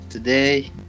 today